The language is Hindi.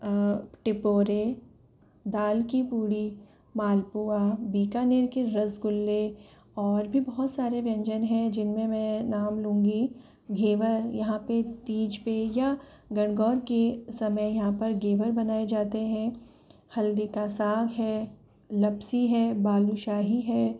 और टिपोरे दाल की पूड़ी मालपुआ बीकानेर के रसगुल्ले और भी बहुत सारे व्यंजन हैं जिनमें मैं नाम लूँगी घेवर यहाँ पे तीज पे या गंगोर की समय यहाँ पर घेवर बनाएँ जाते हैं हल्दी का साग है लप्सी है बालूशाही है